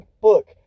book